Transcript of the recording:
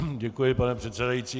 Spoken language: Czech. Děkuji, pane předsedající.